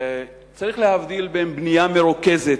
צריך להבדיל בין בנייה מרוכזת,